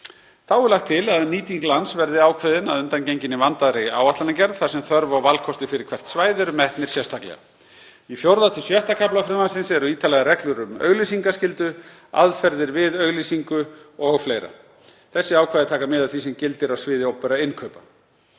Þá er lagt til að nýting lands verði ákveðin að undangenginni vandaðri áætlanagerð þar sem þörf og valkostir fyrir hvert svæði eru metnir sérstaklega. Í IV.–VI. kafla frumvarpsins eru ítarlegar reglur um auglýsingaskyldu, aðferðir við auglýsingu o.fl. Þessi ákvæði taka mið af því sem gildir á sviði opinberra innkaupa.